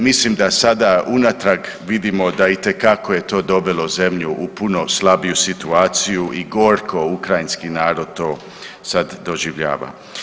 Mislim da sada unatrag vidimo da itekako je to dovelo zemlju u puno slabiju situaciju i gorko Ukrajinski narod to sad doživljava.